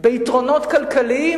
ביתרונות כלכליים,